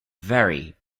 very